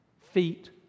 feet